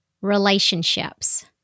relationships